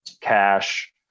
Cash